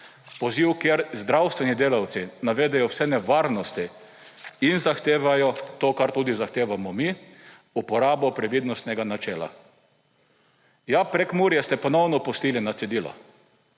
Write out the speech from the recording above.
poziv, kjer zdravstveni delavci navedejo vse nevarnosti in zahtevajo to, kar tudi zahtevamo mi – uporabo previdnostnega načela. Ja, Prekmurje ste ponovno pustili na cedilu,